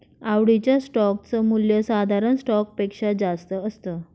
आवडीच्या स्टोक च मूल्य साधारण स्टॉक पेक्षा जास्त असत